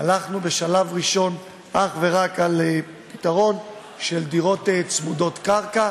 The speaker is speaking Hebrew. בשלב ראשון הלכנו אך ורק על פתרון של דירות צמודות קרקע.